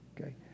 Okay